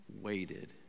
waited